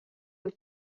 have